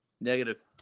Negative